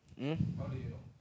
um